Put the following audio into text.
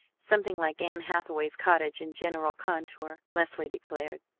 something like anne hathaway's cottage in general contour, leslie declared.